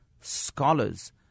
scholars